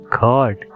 god